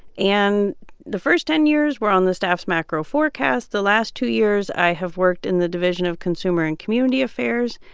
and the first ten years were on the staff's macro forecast. the last two years, i have worked in the division of consumer and community affairs.